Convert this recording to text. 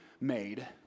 made